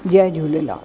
Jay Jhulelal